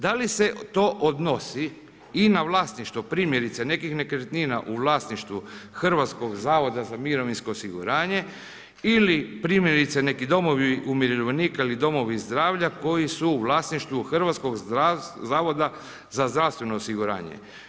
Da li se to odnosi i na vlasništvo, primjerice, nekih nekretnina u vlasništvu Hrvatskog zavoda za mirovinsko osiguranje ili primjerice, neki domovi umirovljenika ili domovi zdravlja koji su u vlasništvu Hrvatskog zavoda za zdravstveno osiguranje.